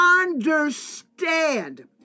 understand